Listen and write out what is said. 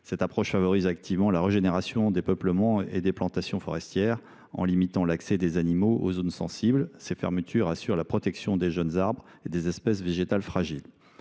Cette approche favorise activement la régénération des peuplements et des plantations forestières. En limitant l’accès des animaux aux zones sensibles, ces fermetures assurent la protection des jeunes arbres et des espèces végétales fragiles.